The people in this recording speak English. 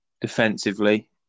defensively